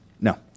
no